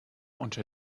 unter